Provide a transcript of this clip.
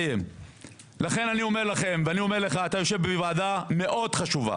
לכן אני אומר לכם, ולך, את יושב בוועדה מאוד חשובה